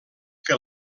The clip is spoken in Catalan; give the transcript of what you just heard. que